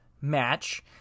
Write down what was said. match